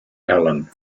allen